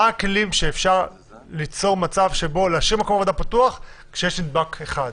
מה הכלים שאפשר להשאיר מקום עבודה פתוח כשיש נדבק אחד?